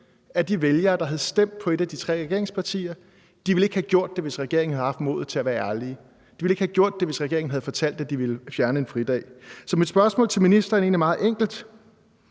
af de vælgere, der havde stemt på et af de tre regeringspartier, ikke ville have gjort det, hvis regeringen havde haft modet til at være ærlige, de ville ikke have gjort det, hvis regeringen havde fortalt, at de ville fjerne en fridag. Så mit spørgsmål til ministeren er egentlig meget enkelt: